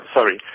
Sorry